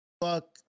Fuck